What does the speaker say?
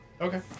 Okay